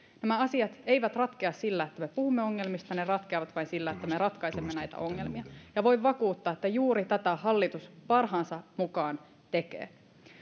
nämä asiat eivät ratkea sillä että me puhumme ongelmista ne ratkeavat vain sillä että me ratkaisemme näitä ongelmia ja voin vakuuttaa että juuri tätä hallitus parhaansa mukaan tekee